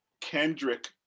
Kendrick